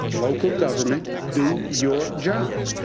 local government, do your job.